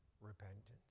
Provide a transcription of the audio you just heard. repentance